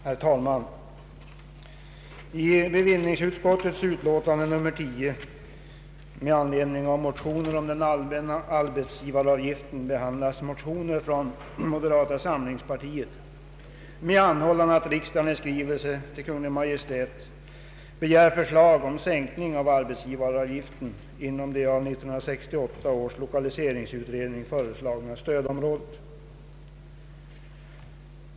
Herr talman! I bevillningsutskottets betänkande nr 10 med anledning av motioner om den allmänna arbetsgivar avgiften behandlas motioner från moderata samlingspartiet med anhållan att riksdagen i skrivelse till Kungl. Maj:t begär förslag om sänkning av arbetsgivaravgiften inom det av 1968 års lokaliseringsutredning föreslagna stödområdet.